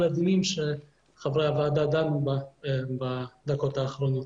הדינים שחברי הוועדה דנו בדקות האחרונות.